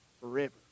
forever